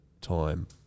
time